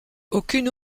aucune